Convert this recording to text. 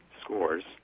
scores